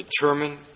determine